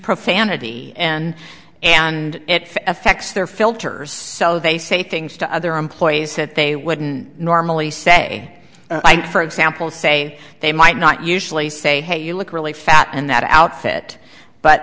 profanity and and it affects their filters so they say things to other employees that they wouldn't normally say for example say they might not usually say hey you look really fat and that outfit but